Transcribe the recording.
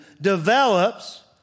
develops